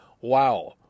Wow